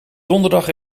donderdag